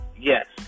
Yes